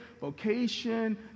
vocation